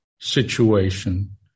situation